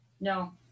No